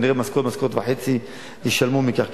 כנראה משכורת משכורת-וחצי ישלמו מכך,